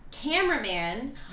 cameraman